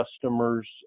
customers